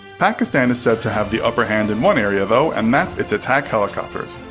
pakistan is said to have the upper hand in one area though, and that's its attack helicopters.